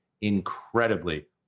incredibly